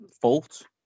fault